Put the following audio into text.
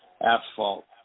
asphalt